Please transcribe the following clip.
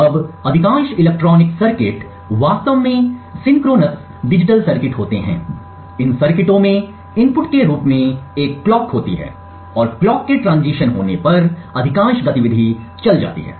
अब अधिकांश electronic circuit वास्तव में सिंक्रोनस डिजिटल सर्किट होते हैं इन सर्किटों में इनपुट के रूप में एक कलॉक होती है और कलॉक के ट्रांजिशन होने पर अधिकांश गतिविधि चल जाती है